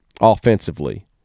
offensively